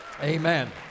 amen